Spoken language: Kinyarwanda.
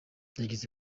yagize